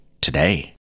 Today